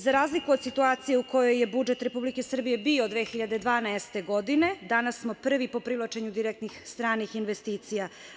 Za razliku od situacije u kojoj je budžet Republike Srbije bio 2012. godine, danas smo prvi po privlačenju direktnih stranih investicija.